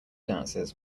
dances